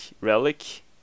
relic